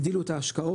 הגדילו את ההשקעות,